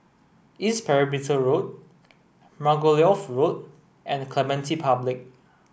East Perimeter Road Margoliouth Road and Clementi Public